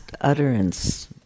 utterance